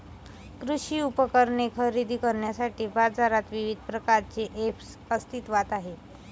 कृषी उपकरणे खरेदी करण्यासाठी बाजारात विविध प्रकारचे ऐप्स अस्तित्त्वात आहेत